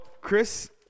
Chris